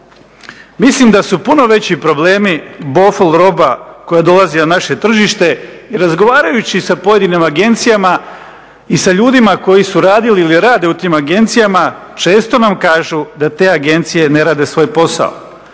Mislim da su puno veći problemi … roba koja dolazi na naše tržište i razgovarajući sa pojedinim agencijama i sa ljudima koji su radili ili rade u tim agencijama često nam kažu da te agencije na rade svoj posao.